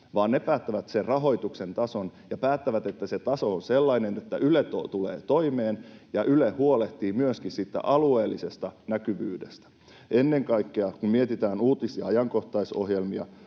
vaan ne päättävät sen rahoituksen tason ja päättävät, että se taso on sellainen, että Yle tulee toimeen ja Yle huolehtii myöskin siitä alueellisesta näkyvyydestä. Ennen kaikkea, kun mietitään uutis- ja ajankohtaisohjelmia,